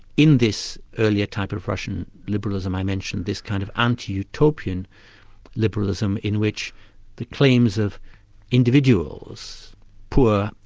in this earlier type of russian liberalism i mentioned, this kind of anti-utopian liberalism in which the claims of individuals poor,